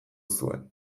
zuen